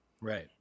right